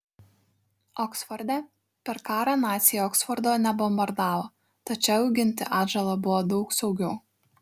oksforde per karą naciai oksfordo nebombardavo tad čia auginti atžalą buvo daug saugiau